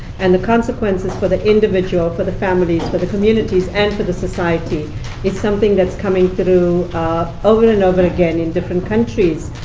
and the consequences for the individual, for the families, for the communities, and for the society is something that's coming through over and over again in different countries,